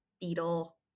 beetle